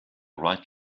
right